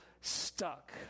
stuck